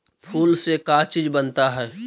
फूल से का चीज बनता है?